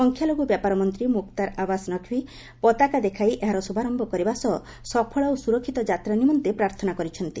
ସଂଖ୍ୟାଲଘ୍ର ବ୍ୟାପାର ମନ୍ତ୍ରୀ ମ୍ରକ୍ତାର ଆବାସ୍ ନକ୍ଭି ପତାକା ଦେଖାଇ ଏହାର ଶ୍ରଭାରମ୍ଭ କରିବା ସହ ସଫଳ ଓ ସ୍ୱରକ୍ଷିତ ଯାତ୍ରା ନିମନ୍ତେ ପ୍ରାର୍ଥନା କରିଛନ୍ତି